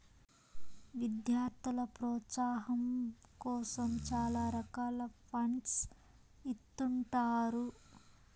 విద్యార్థుల ప్రోత్సాహాం కోసం చాలా రకాల ఫండ్స్ ఇత్తుంటారు